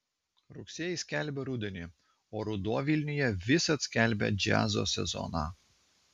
rugsėjis skelbia rudenį o ruduo vilniuje visad skelbia džiazo sezoną